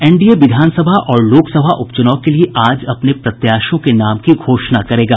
NDA विधानसभा और लोकसभा उपचूनाव के लिये आज अपने प्रत्याशियों के नाम की घोषणा करेगा